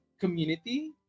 community